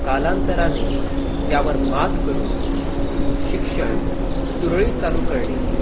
कालांतराने यावर मात करून शिक्षण सुरळीत चालू करणे